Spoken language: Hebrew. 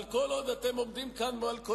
אבל כל עוד אתם עומדים כאן ומעל כל